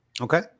Okay